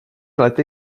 lety